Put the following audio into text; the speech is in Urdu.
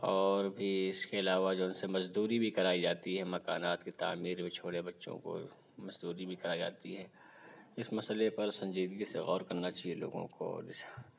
اور بھی اس کے علاوہ جو ان سے مزدوری بھی کرائی جاتی ہے مکانات کی تعمیر میں چھوٹے بچوں کو مزدوری بھی کرائی جاتی ہے اس مسئلہ پر سنجیدگی سے غور کرنا چاہیے لوگوں کو اور اس